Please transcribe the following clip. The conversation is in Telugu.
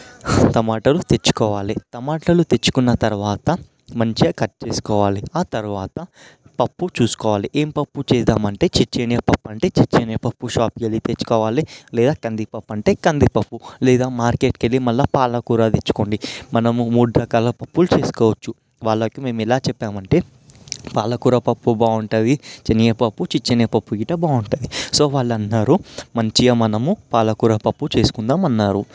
టమాటలు తెచ్చుకోవాలి టమాటలు తెచ్చుకున్న తరువాత మంచిగా కట్ చేసుకోవాలి ఆ తరువాత పప్పు చూసుకోవాలి ఏం పప్పు చేద్దామంటే శనగపప్పు అంటే శనగపప్పు షాపుకి వెళ్ళి తెచ్చుకోవాలి లేదా కందిపప్పు అంటే కందిపప్పు లేదా మార్కెట్కి వెళ్ళి మళ్ళీ పాలకూర తెచ్చుకోండి మనము మూడు రకాల పప్పులు చేసుకోవచ్చు వాళ్ళకి మేము ఎలా చెప్పామంటే పాలకూర పప్పు బాగుటుంది శనగపప్పు శనగపప్పు గిట్ట బాగుంటుంది సో వాళ్ళు అన్నారు మంచిగా మనము పాలకూర పప్పు చేసుకుందాము అన్నారు